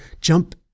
jump